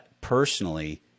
personally